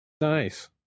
Nice